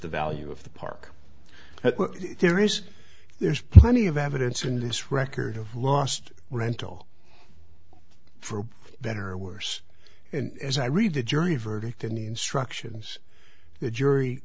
the value of the park there is there's plenty of evidence in this record of lost rental for better or worse and as i read the jury verdict in the instructions the jury